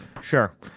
Sure